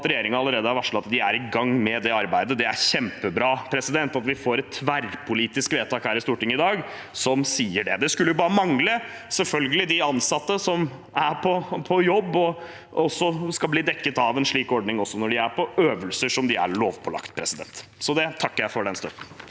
at regjeringen allerede har varslet at de er i gang med arbeidet. Det er kjempebra at vi får et tverrpolitisk vedtak her i Stortinget i dag som sier det. Det skulle bare mangle, selvfølgelig. De ansatte som er på jobb, skal bli dekket av en slik ordning også når de er på øvelser som er lovpålagt. Jeg takker for den støtten.